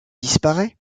disparaît